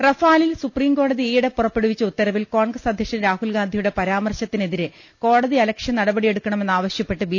റഫാലിൽ സുപ്രീംകോടതി ഈയിടെ പുറപ്പെടുവിച്ച ഉത്തര വിൽ കോൺഗ്രസ് അധ്യക്ഷൻ രാഹുൽ ഗാന്ധിയുടെ പരാമർശ ത്തിനെതിരെ കോടതിയലക്ഷ്യ നടപടിയെടുക്കണമെന്നാവശ്യപ്പെട്ട് ബി